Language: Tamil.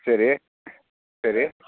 சரி சரி